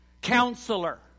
counselor